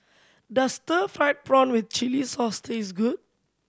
does stir fried prawn with chili sauce taste good